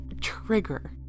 trigger